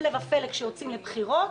הפלא ופלא כשיוצאים לבחירות